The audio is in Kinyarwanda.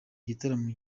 igitaramo